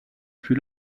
fut